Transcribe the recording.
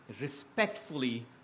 respectfully